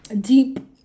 deep